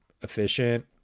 efficient